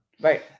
Right